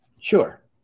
Sure